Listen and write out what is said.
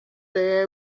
day